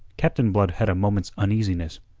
captain blood had a moment's uneasiness.